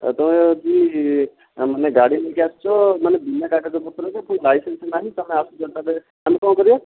ଆ ତମେ ବି ମାନେ ଗାଡ଼ି ନେଇକି ଆସିଛ ମାନେ ବିନା କାଗଜପତ୍ରରେ ପୁଣି ଲାଇସେନ୍ସ ନାହିଁ ତମେ ଆସୁଛ ତା ଦେହରେ ଆମେ କ'ଣ କରିବା